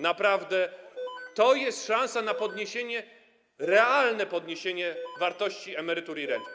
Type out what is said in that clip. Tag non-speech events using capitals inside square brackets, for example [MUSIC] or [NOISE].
Naprawdę [NOISE] to jest szansa na podniesienie, realne podniesienie wartości emerytur i rent.